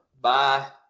Bye